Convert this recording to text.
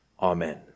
Amen